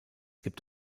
gibt